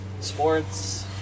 sports